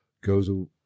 goes